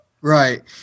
Right